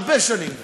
הרבה שנים כבר,